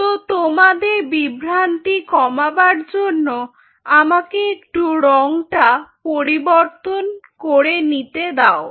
তো তোমাদের বিভ্রান্তি কমাবার জন্য আমাকে একটু রং টা পরিবর্তন করে নিতে দাও